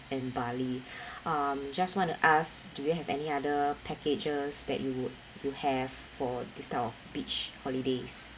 in bali um just want to ask do you have any other packages that you would you have for this type of beach holidays